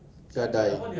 gadai